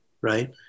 Right